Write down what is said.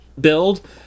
build